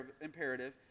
imperative